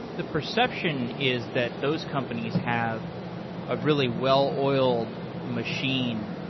the perception is that those companies have a really well-oiled machine.